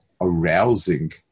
arousing